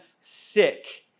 sick